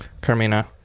Carmina